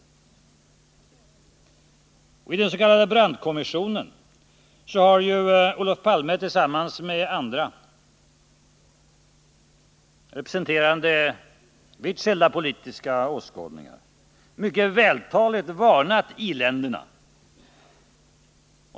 I den s.k. Brandtkommissionen har ju Olof Palme tillsammans med andra, representerande vitt skilda politiska åskådningar, mycket vältaligt varnat i-länderna.